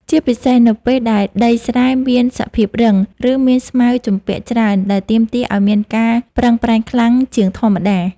ជាពិសេសនៅពេលដែលដីស្រែមានសភាពរឹង ឬមានស្មៅជំពាក់ច្រើនដែលទាមទារឱ្យមានការប្រឹងប្រែងខ្លាំងជាងធម្មតា។